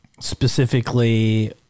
specifically